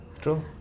True